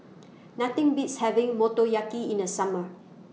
Nothing Beats having Motoyaki in The Summer